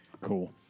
Cool